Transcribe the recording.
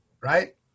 Right